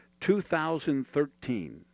2013